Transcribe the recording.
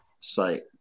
Site